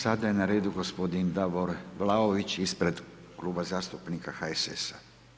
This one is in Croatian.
Sada je na redu g. Davor Vlaović ispred Kluba zastupnika HSS-a.